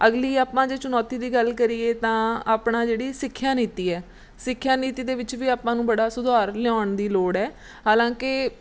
ਅਗਲੀ ਆਪਾਂ ਜੇ ਚੁਣੌਤੀ ਦੀ ਗੱਲ ਕਰੀਏ ਤਾਂ ਆਪਣਾ ਜਿਹੜੀ ਸਿੱਖਿਆ ਨੀਤੀ ਹੈ ਸਿੱਖਿਆ ਨੀਤੀ ਦੇ ਵਿੱਚ ਵੀ ਆਪਾਂ ਨੂੰ ਬੜਾ ਸੁਧਾਰ ਲਿਆਉਣ ਦੀ ਲੋੜ ਹੈ ਹਾਲਾਂਕਿ